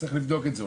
צריך לבדוק את זה.